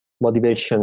motivation